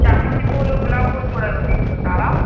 చామంతి పూలు గులాబీ పూలు కూడా తీసుకుంటారా